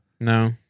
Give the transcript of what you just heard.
No